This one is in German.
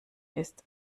ist